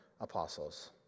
apostles